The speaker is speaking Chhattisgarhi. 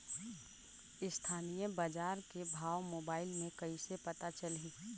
स्थानीय बजार के भाव मोबाइल मे कइसे पता चलही?